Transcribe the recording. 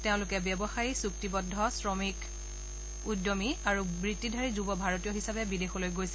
তেওঁলোকে ব্যৱসায়ী চুক্তিবদ্ধ শ্ৰমিক উদ্যমী আৰু বৃত্তিধাৰী যুৱ ভাৰতীয় হিচাপে বিদেশলৈ গৈছিল